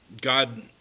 God